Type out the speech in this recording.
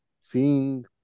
seeing